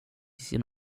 sin